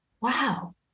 wow